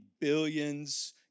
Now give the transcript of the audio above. billions